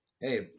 Hey